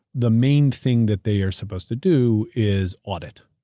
the main thing that they are supposed to do is audit,